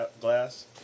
glass